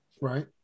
right